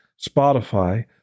Spotify